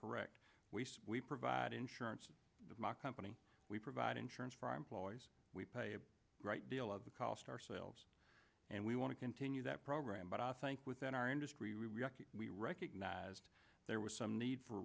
correct we provide insurance company we provide insurance for our employees we pay a great deal of the cost ourselves and we want to continue that program but i think within our industry we recognized there was some need for